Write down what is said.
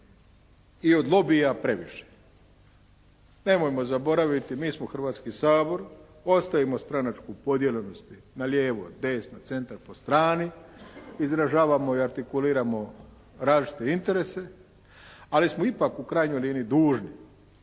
i od lobija, previše je. Nemojmo zaboraviti mi smo Hrvatski sabor, ostavimo stranačku podijeljenost na lijevo, desno, centar po strani, izražavamo i artikuliramo različite interese, ali smo ipak u krajnjoj liniji dužni